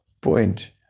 point